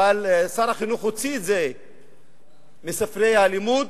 אבל שר החינוך הוציא את זה מספרי הלימוד.